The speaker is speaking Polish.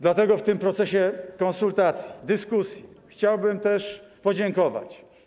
Dlatego w tym procesie konsultacji, dyskusji chciałbym też podziękować.